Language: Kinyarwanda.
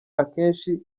akenshi